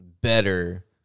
better